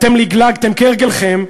אתם לגלגתם, כהרגלכם.